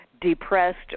depressed